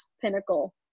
pinnacle